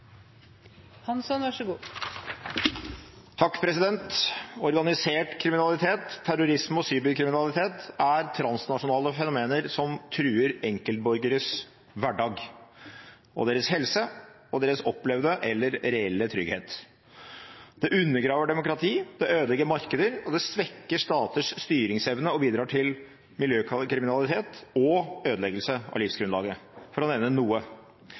transnasjonale fenomener som truer enkeltborgeres hverdag, helse og opplevde eller reelle trygghet. Det undergraver demokratiet, det ødelegger markeder, det svekker staters styringsevne og bidrar til miljøkriminalitet og ødeleggelse av livsgrunnlaget – for å nevne noe.